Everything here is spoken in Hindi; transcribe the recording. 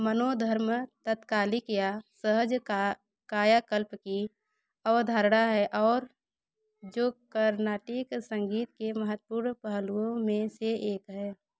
मनोधर्म तात्कालिक या सहज कायाकल्प की अवधारणा है जो कर्नाटिक संगीत के महत्वपूर्ण पहलुओं में से एक है